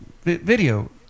video